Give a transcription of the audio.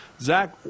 Zach